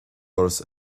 doras